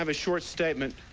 um short statement.